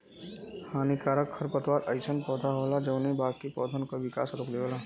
हानिकारक खरपतवार अइसन पौधा होला जौन बाकी पौधन क विकास रोक देवला